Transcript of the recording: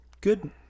good